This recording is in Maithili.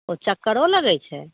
ओ चक्करो लगै छै